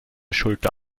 schulter